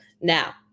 now